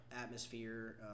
atmosphere